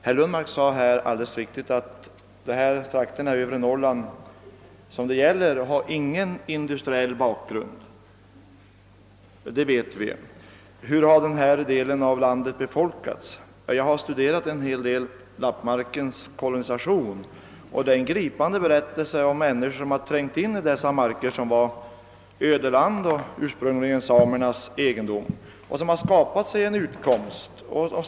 Herr Lundmark framhöll alldeles riktigt att näringslivet i de trakter i övre Norrland som det gäller inte har någon industriell bakgrund. Det vet vi. Hur har denna del av landet befolkats? Jag har studerat lappmarkens kolonisation; det är en gripande berättelse om människor som trängde in i detta öde land, som ursprungligen var samernas egendom, och skapade sig en utkomst.